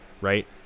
right